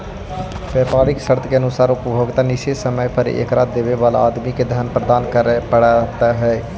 व्यापारी शर्त के अनुसार उपभोक्ता निश्चित समय पर एकरा देवे वाला आदमी के धन प्रदान करे पड़ऽ हई